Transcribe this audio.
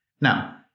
Now